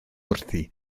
wrthi